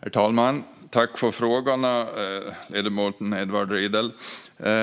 Herr talman! Jag tackar ledamoten Edward Riedl för